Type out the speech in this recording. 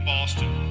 Boston